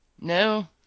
No